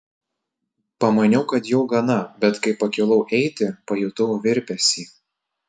pamaniau kad jau gana bet kai pakilau eiti pajutau virpesį